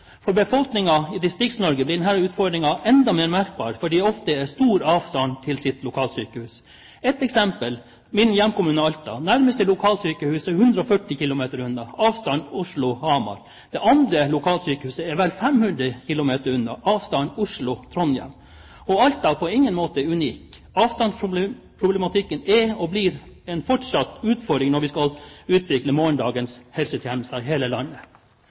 For befolkningen i Distrikts-Norge blir denne utfordringen enda mer merkbar, fordi det ofte er stor avstand til lokalsykehuset. Et eksempel er min hjemkommune, Alta. Nærmeste lokalsykehus er 140 km unna – avstanden Oslo–Hamar. Det andre lokalsykehuset er vel 500 km unna – avstanden Oslo–Trondheim. Alta er på ingen måte unik. Avstandsproblematikken er og blir en fortsatt utfordring når vi skal utvikle morgendagens helsetjenester i hele landet.